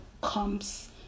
comes